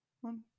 One